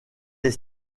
les